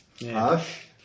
Hush